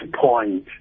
point